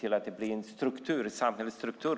till att bli en samhällsstruktur?